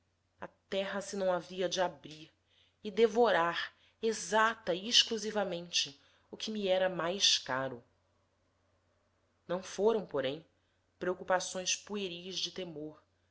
a terra se não havia de abrir e devorar exata e exclusivamente o que me era mais caro não foram porém preocupações pueris de temor